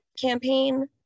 campaign